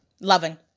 loving